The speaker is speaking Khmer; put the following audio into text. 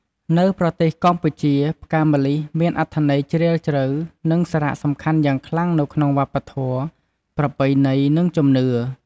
នៅប្រទេសកម្ពុជា ផ្កាម្លិះ មានអត្ថន័យជ្រាលជ្រៅ និងសារៈសំខាន់យ៉ាងខ្លាំងនៅក្នុងវប្បធម៌ ប្រពៃណី និងជំនឿ។